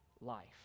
life